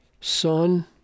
Son